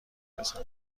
بزنم